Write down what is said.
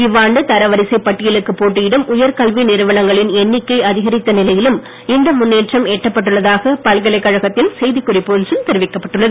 இவ்வாண்டு தரவரிசைப் பட்டியலுக்கு போட்டியிடும் உயர்கல்வி நிறுவனங்களின் அதிகரித்த நிலையிலும் இந்த எண்ணிக்கை முன்னேற்றம் எட்டப்பட்டுள்ளதாக பல்கலைக்கழகத்தின் செய்திக் குறிப்பு ஒன்றில் தெரிவிக்கப்பட்டுள்ளது